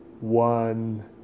one